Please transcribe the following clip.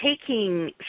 taking